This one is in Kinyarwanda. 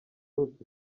utu